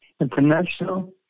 International